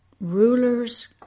rulers